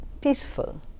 peaceful